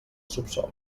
subsòl